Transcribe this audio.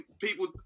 people